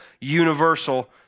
universal